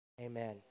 amen